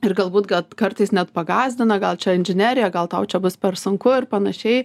ir galbūt kad kartais net pagąsdina gal čia inžinerija gal tau čia bus per sunku ir panašiai